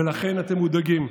ולכן אתם מודאגים.